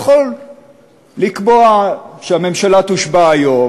הוא יכול לקבוע שהממשלה תושבע היום,